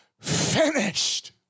finished